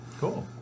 Cool